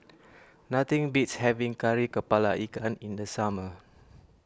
nothing beats having Kari Kepala Ikan in the summer